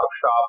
shop